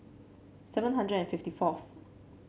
seven hundred and fifty fourth